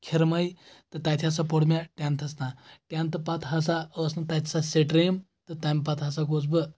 کھِرمے تہٕ تَتہِ ہسا پوٚر مےٚ ٹؠنتھس تانۍ ٹؠنتھہٕ پتہٕ ہسا ٲس نہٕ تَتہِ سۄ سٹریٖم تہٕ تمہِ پتہٕ ہسا گوٚوُس بہٕ